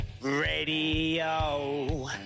radio